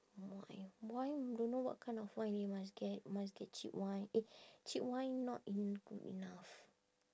wine wine don't know what kind of wine you must get must get cheap wine eh cheap wine not en~ good enough